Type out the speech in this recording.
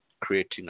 creating